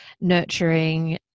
nurturing